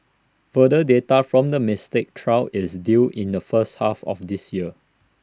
further data from the Mystic trial is due in the first half of this year